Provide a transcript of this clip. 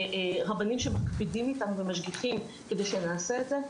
רבנים שמקפידים ומשגיחים כדי שנעשה את זה.